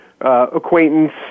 acquaintance